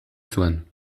zuen